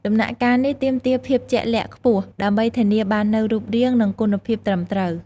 ដំណាក់កាលនេះទាមទារភាពជាក់លាក់ខ្ពស់ ដើម្បីធានាបាននូវរូបរាង និងគុណភាពត្រឹមត្រូវ។